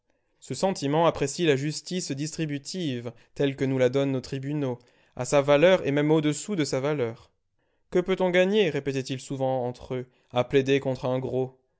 ce sentiment apprécie la justice distributive telle que nous la donnent nos tribunaux à sa valeur et même au-dessous de sa valeur que peut-on gagner répétaient ils souvent entre eux à plaider contre un gros